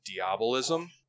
diabolism